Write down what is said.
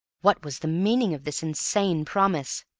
what was the meaning of this insane promise?